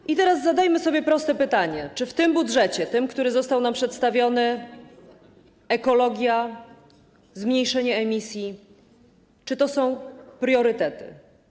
I teraz zadajmy sobie proste pytanie, czy w tym budżecie, tym, który został nam przedstawiony, ekologia, zmniejszenie poziomu emisji to są priorytety.